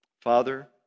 Father